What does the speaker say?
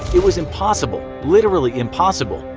it was impossible, literally impossible.